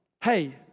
hey